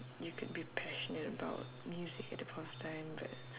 you could be passionate about music at that point of time but